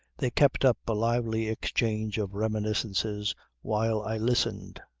they kept up a lively exchange of reminiscences while i listened.